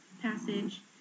passage